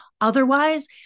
Otherwise